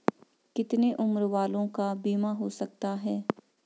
कितने उम्र वालों का बीमा हो सकता है?